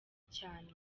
cyane